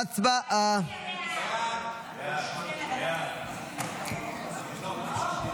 ההצעה להעביר את הצעת החוק